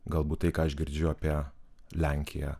galbūt tai ką aš girdžiu apie lenkiją